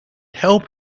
help